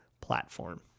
platform